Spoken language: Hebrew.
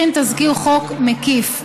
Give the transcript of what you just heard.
הכין תזכיר חוק מקיף.